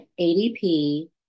ADP